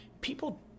people